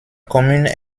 commune